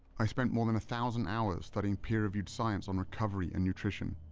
i spent more than thousand hours studying peer reviewed science on recovery and nutrition.